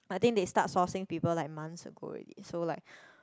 I think they start sourcing people like months ago already so like